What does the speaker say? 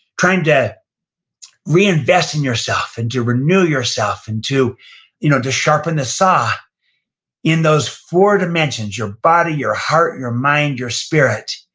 trying to reinvest in yourself, and to renew yourself and to you know to sharpen the saw in those four dimensions your body, your heart, your mind, your spirit.